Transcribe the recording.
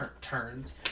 turns